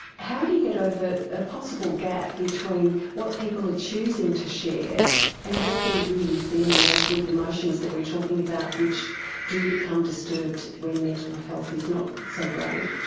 how do you get over a possible gap between what people are choosing to share and what they're really feeling, those deep emotions that we're talking about which do become disturbed when mental ah health is not so great?